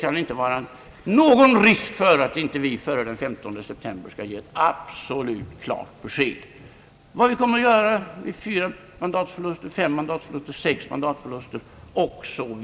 kan inte finnas någon risk för att vi inte före den 15 september skall ge ett absolut klart besked om vad vi kommer att göra vid fyra, fem, sex mandatförluster osv.